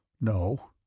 No